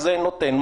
הוועדה תדון,